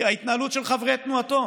ההתנהלות של חברי תנועתו,